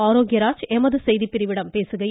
ஆரோக்கியராஜ் எமது செய்திப்பிரிவிடம் பேசுகையில்